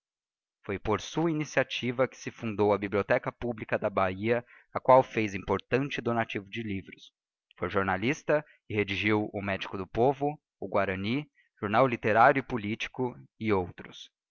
foi por sua iniciativa que se fundou a bibliotheca publica da bahia á qual fez importante donativo de livros foi jornalista e redigiu o medico do povo o guarany jornal literário e politico e outros